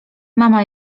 mama